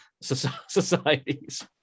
societies